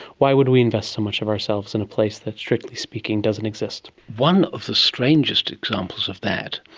why would we invest so much of ourselves in a place that strictly speaking doesn't exist? one of the strangest examples of that,